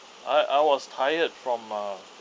I I was tired from ah